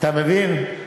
אתה מבין?